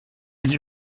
sie